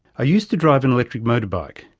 i used to drive an electric motor bike.